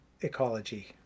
ecology